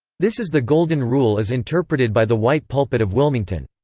this is the golden rule as interpreted by the white pulpit of wilmington.